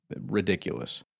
ridiculous